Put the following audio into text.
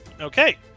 Okay